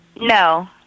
No